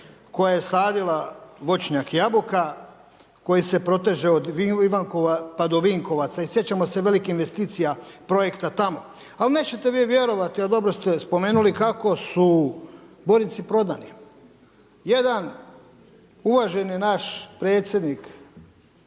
koja je sadila voćnjak jabuka koji se proteže od Ivankova pa do Vinkovaca i sjećamo se velikih investicija projekta tamo. Ali nećete vi vjerovati, a dobro ste spomenuli kako su Borinci prodani. Jedan uvaženi naš predsjednik